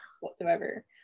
whatsoever